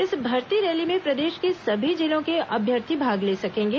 इस भर्ती रैली में प्रदेश के सभी जिलों के अभ्यर्थी भाग ले सकेंगे